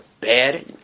bad